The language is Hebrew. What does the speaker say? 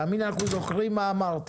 תאמין לי אנחנו זוכרים מה אמרת.